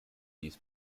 this